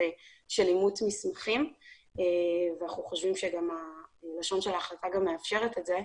אימות מסמכים ואנחנו חושבים שגם לשון ההחלטה מאפשרת את זה.